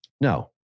No